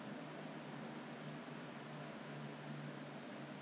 then 买 then 买了不懂多少钱 hor 他就给我 free gift 这个 free gift 他是